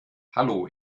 hallo